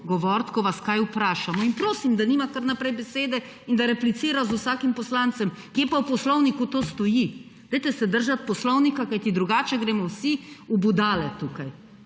oglašanje iz dvorane/ In prosim, da nima kar naprej besede in da replicira z vsakim poslancem. Kje pa v poslovniku to stoji? Držite se poslovnika, kajti drugače gremo vsi v Butale tukaj.